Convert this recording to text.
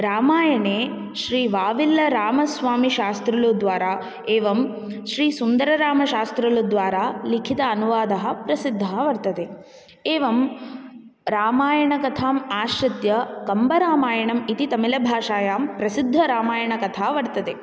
रामायणे श्रीवाविल्लरामस्वामिशास्त्रीलु द्वारा एवं श्रीसुन्दररामशास्त्रीलु द्वारा लिखितानुवादः प्रसिद्धः वर्तते एवं रामायणकथाम् आश्रित्य कम्बरामायणम् इति तमिळभाषायां प्रसिद्धरामायणकथा वर्तते